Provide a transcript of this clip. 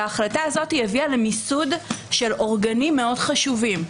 ההחלטה הזאת הביאה למיסוד של אורגנים מאוד חשובים.